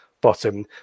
bottom